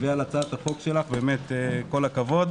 ועל הצעת החוק שלך, באמת כל הכבוד.